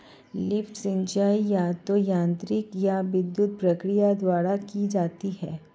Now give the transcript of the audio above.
lift सिंचाई या तो यांत्रिक या विद्युत प्रक्रिया द्वारा की जाती है